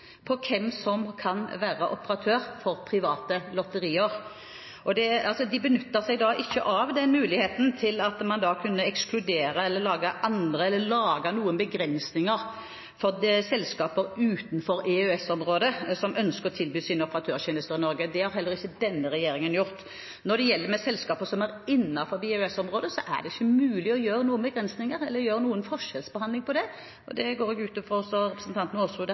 hvem som kan være operatør for private lotterier. De benyttet seg da ikke av muligheten til å ekskludere eller lage begrensninger for selskaper utenfor EØS-området som ønsker å tilby sine operatørtjenester i Norge. Det har heller ikke denne regjeringen gjort. Når det gjelder selskaper som er innenfor EØS-området, er det ikke mulig å gjøre noen begrensninger eller noen forskjellsbehandling, og det går jeg ut fra at også representanten Aasrud